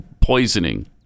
Poisoning